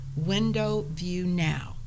windowviewnow